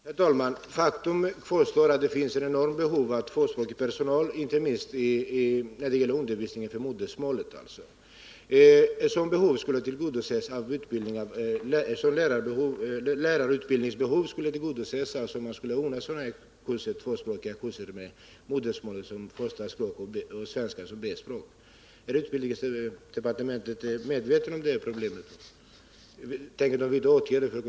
Herr talman! Faktum kvarstår: Det finns ett enormt behov av tvåspråkig personal för olika verksamheter. Därför måste också behovet av undervisning i modersmålet tillgodoses. Lärarutbildningsbehovet skulle kunna tillgodoses genom att man även fortsättningsvis anordnade tvåspråkiga kurser med modersmålet som första språk och svenskan som B-språk.